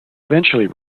eventually